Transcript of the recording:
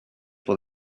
pour